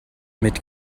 mit